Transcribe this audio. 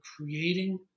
creating